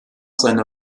seiner